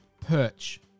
perch